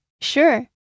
Sure